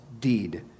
deed